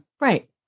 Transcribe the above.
Right